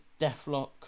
Deathlock